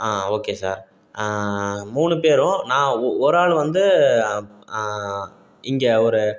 ஆ okay sir மூணு பேரும் நான் ஒரு ஆள் வந்து இங்கே ஒரு